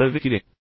வரவேற்கிறேன்